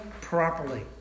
properly